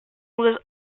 was